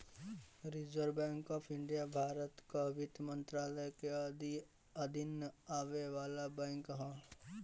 reserve Bank of India Bharat कअ वित्त मंत्रालय के अधीन आवे वाला बैंक हअ